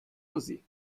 così